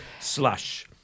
slash